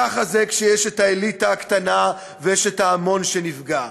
ככה זה כשיש האליטה הקטנה ויש ההמון שנפגע.